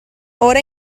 ora